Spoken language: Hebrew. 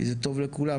כי זה טוב לכולם,